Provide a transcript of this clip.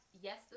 yes